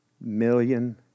million